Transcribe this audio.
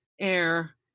air